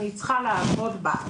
אני צריכה לעבוד בה.